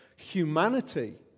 Humanity